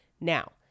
Now